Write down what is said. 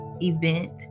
event